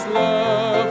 love